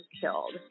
killed